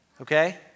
okay